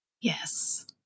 yes